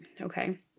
Okay